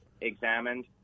examined